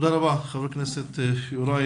תודה רבה, חבר הכנסת יוראי.